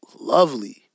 lovely